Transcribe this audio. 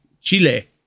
Chile